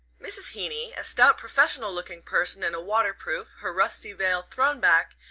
mrs. heeny, a stout professional-looking person in a waterproof, her rusty veil thrown back,